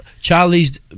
Charlie's